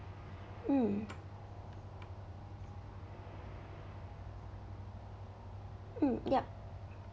mm mm yup